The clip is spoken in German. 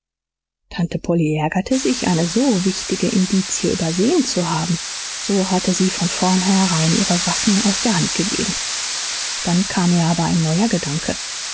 tante polly ärgerte sich eine so wichtige indizie übersehen zu haben so hatte sie von vornherein ihre waffen aus der hand gegeben dann kam ihr aber ein neuer gedanke